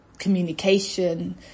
communication